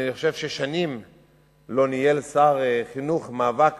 אני חושב ששנים לא ניהל שר חינוך מאבק